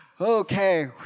Okay